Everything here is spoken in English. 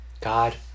God